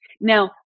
Now